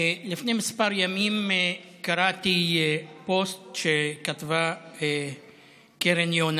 לפני מספר ימים קראתי פוסט שכתבה קרן יונה.